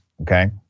okay